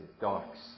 darks